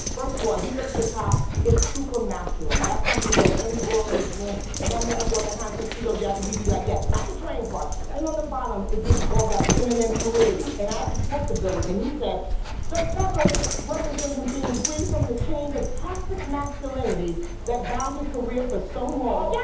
first of all, if you look the top, it's super masculine. that's something that any girl in this room, if her man wore that kind of tuxedo jacket, we'd be like, yes! not the train part. yeah then on the bottom, it gives you all that feminine fluidity. and i actually spoke to billy, and he said the feathers represent him being free from the chains of toxic masculinity that bound his career for so long. yeah